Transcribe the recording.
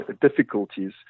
difficulties